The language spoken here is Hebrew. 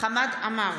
חמד עמאר,